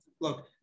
Look